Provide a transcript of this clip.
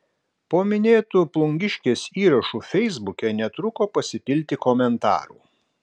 po minėtu plungiškės įrašu feisbuke netruko pasipilti komentarų